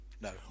No